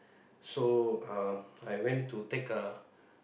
so uh I went to take a